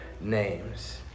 names